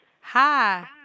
Hi